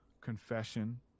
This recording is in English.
confession